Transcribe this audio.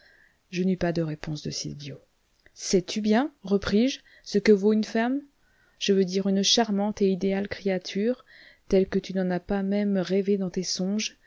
je n'eus pas de réponse de sylvio sais-tu bien repris-je ce que vaut une femme je veux dire une charmante et idéale créature telle que tu n'en as pas même rêvée dans tes songes